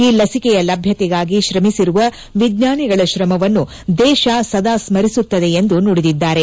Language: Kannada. ಈ ಲಸಿಕೆಯ ಲಭ್ಯತೆಗಾಗಿ ಶ್ರಮಿಸಿರುವ ವಿಜ್ಞಾನಿಗಳ ಶ್ರಮವನ್ನು ದೇಶ ಸದಾ ಸ್ಮರಿಸುತ್ತದೆ ಎಂದು ನುದಿದಿದ್ದಾರೆ